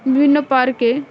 বিভিন্ন পার্কে